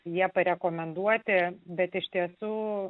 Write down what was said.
jie parekomenduoti bet iš tiesų